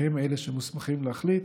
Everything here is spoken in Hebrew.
שהם אלה שמוסמכים להחליט